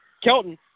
Kelton